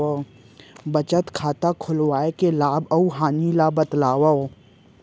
बचत खाता खोलवाय के लाभ अऊ हानि ला बतावव?